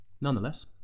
Nonetheless